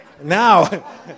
now